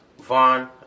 Vaughn